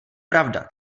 pravda